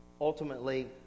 ultimately